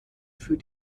für